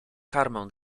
karmę